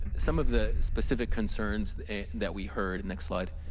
some of the specific concerns that we heard, next slide,